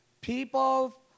people